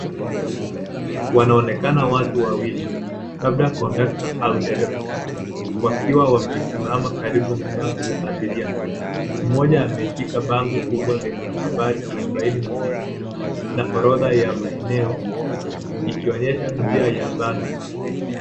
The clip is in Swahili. Wanaonekana watu wawili, labda conductor au dereva, wakiwa wamesimama karibu na basi la abiria. Mmoja ameshika bango kubwa lenye nambari arubaini na sita na orodha ya maeneo, ikionyesha njia ya basi.